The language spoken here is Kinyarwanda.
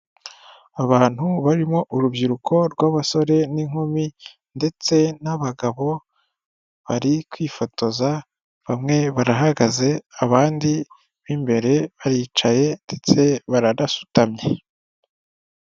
Abantu barimo urubyiruko rw'abasore n'inkumi ndetse n'abagabo bari kwifotoza, bamwe barahagaze, abandi b'imbere baricaye ndetse baranasutamye.